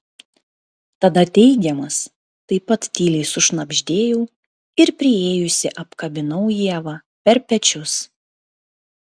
tada teigiamas taip pat tyliai sušnabždėjau ir priėjusi apkabinau ievą per pečius